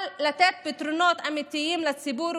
אבל לתת פתרונות אמיתיים לציבור,